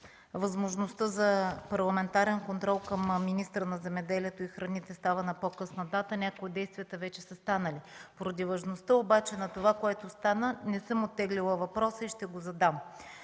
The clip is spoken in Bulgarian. възможността за парламентарен контрол към министъра на земеделието и храните става на по-късна дата, някои от действията вече са станали. Поради важността обаче на това, което стана, не съм оттеглила въпроса и ще го задам.